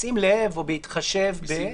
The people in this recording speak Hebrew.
"בשים לב" או "בהתחשב ב".